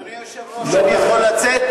אדוני היושב-ראש, אני יכול לצאת?